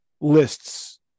lists